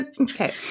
okay